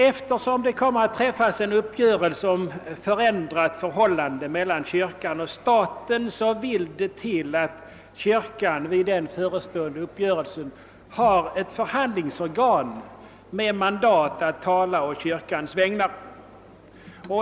Eftersom det kommer att träffas en uppgörelse om ett förändrat förhållande mellan kyrkan och staten, vill det till att kyrkan vid den förestående uppgörelsen har ett förhandlingsorgan med mandat att tala å kyrkans vägnar.